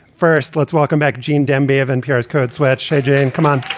first, let's welcome back gene demby of npr's code switch. hey, jane, come on